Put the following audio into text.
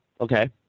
Okay